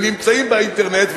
הם נמצאים באינטרנט,